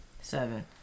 Seven